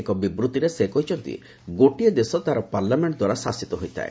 ଏକ ବିବୃଭିରେ ସେ କହିଛନ୍ତି ଗୋଟିଏ ଦେଶ ତାହାର ପାର୍ଲାମେଷ୍ଟଦ୍ୱାରା ଶାସିତ ହୋଇଥାଏ